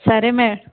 సరే మేడం